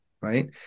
right